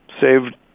saved